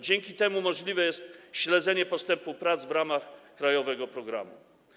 Dzięki temu możliwe jest śledzenie postępu prac w ramach krajowego programu.